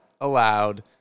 allowed